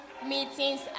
Meetings